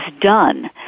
done